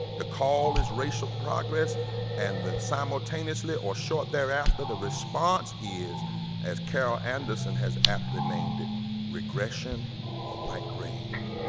the call is racial progress and the simultaneously or short thereafter, the response is as carol anderson has aptly named regression or white rage.